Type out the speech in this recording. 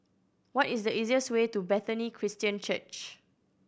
what is the easiest way to Bethany Christian Church